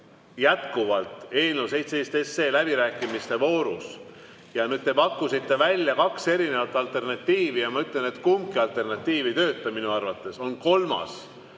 jätkuvalt eelnõu 17 läbirääkimiste voorus. Nüüd te pakkusite välja kaks erinevat alternatiivi ja ma ütlen, et kumbki alternatiiv minu arvates ei tööta.